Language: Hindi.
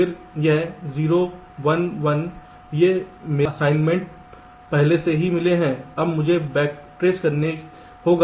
फिर यह 0 1 1 ये मेरे असाइनमेंट पहले से ही मिले हैं अब मुझे बैकट्रेस करना होगा